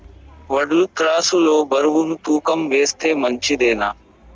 వడ్లు త్రాసు లో బరువును తూకం వేస్తే మంచిదేనా?